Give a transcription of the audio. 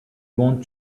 want